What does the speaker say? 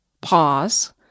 pause